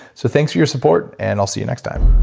so, thanks for your support, and i'll see you next time